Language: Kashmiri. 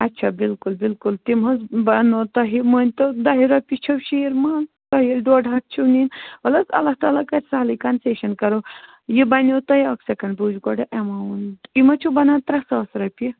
اچھا بِلکُل بِلکُل تِم حظ بنٛنو تۄہہِ مٲنۍتو دَہہِ رۄپیہِ چھُو شیٖر مال تۄہہِ ییٚلہِ ڈۄڈ ہَتھ چھُو نِنہِ وَلہٕ حظ اللہ تعلیٰ کرِ سہلٕے کنسیشن کرو یہِ بنیو تۄہہِ اکھ سیکنڈ بہٕ وٕچھِ گۄڈٕ اٮ۪ماوُنٛٹ یِم حظ چھُو بنان ترٛےٚ ساس رۄپیہِ